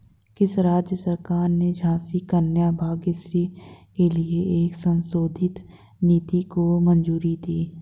किस राज्य सरकार ने माझी कन्या भाग्यश्री के लिए एक संशोधित नीति को मंजूरी दी है?